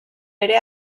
ere